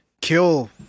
kill